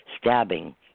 stabbing